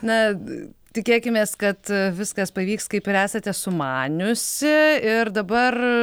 na tikėkimės kad viskas pavyks kaip ir esate sumaniusi ir dabar